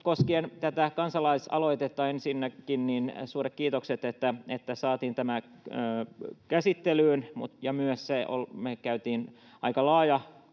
Koskien tätä kansalaisaloitetta ensinnäkin suuret kiitokset, että saatiin tämä käsittelyyn. Me käytiin aika laaja